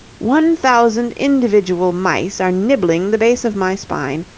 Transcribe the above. one thousand individual mice are nibbling the base of my spine,